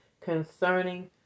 concerning